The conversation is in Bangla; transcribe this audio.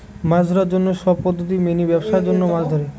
মাছ ধরার জন্য সব পদ্ধতি মেনে ব্যাবসার জন্য মাছ ধরে